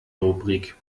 rubrik